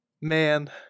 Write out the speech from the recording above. Man